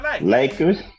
Lakers